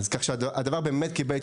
רחבה,